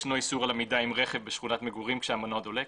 ישנו איסור על עמידה עם רכב בשכונת מגורים כשהמנוע דולק.